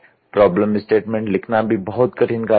problem statement लिखना भी बहुत कठिन कार्य है